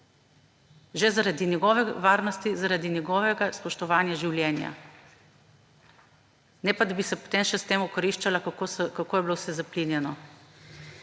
Že zaradi njegove varnosti, zaradi njegovega spoštovanja življenja. Ne pa da bi se potem še s tem okoriščala, kako je bilo vse zaplinjeno.